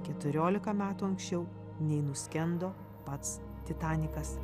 keturiolika metų anksčiau nei nuskendo pats titanikas